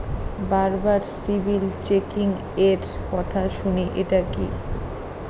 বারবার সিবিল চেকিংএর কথা শুনি এটা কি?